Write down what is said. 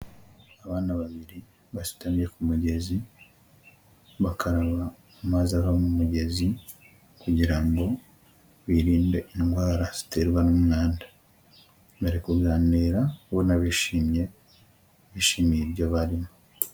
Abana babiri basutamye ku mugezi, bakaraba amazi ava mu mugezi kugira ngo birinde indwara ziterwa n'umwanda, bari kuganira ubona bishimye, bishimiye ibyo barimo.